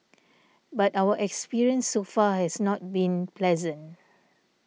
but our experience so far has not been pleasant